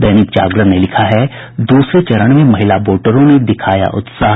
दैनिक जागरण ने लिखा है दूसरे चरण में महिला वोटरों ने दिखाया उत्साह